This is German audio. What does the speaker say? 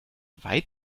weit